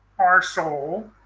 our soul